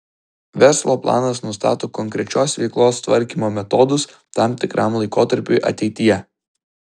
verslo planas nustato konkrečios veiklos tvarkymo metodus tam tikram laikotarpiui ateityje